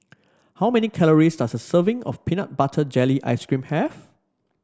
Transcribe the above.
how many calories does a serving of Peanut Butter Jelly Ice cream have